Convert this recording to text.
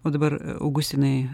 o dabar augustinai